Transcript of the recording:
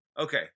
Okay